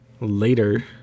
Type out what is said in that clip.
Later